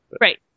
Right